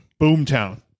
Boomtown